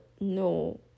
no